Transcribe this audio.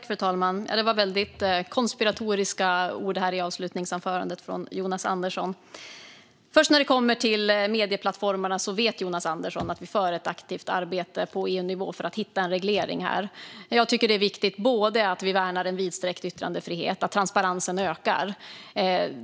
Fru talman! Det var väldigt konspiratoriska ord i Jonas Anderssons slutanförande. När det gäller medieplattformarna vet Jonas Andersson att det görs ett aktivt arbete på EU-nivå för att hitta en reglering. Det är viktigt att både värna en vidsträckt yttrandefrihet och öka transparensen.